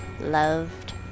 loved